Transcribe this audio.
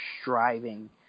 striving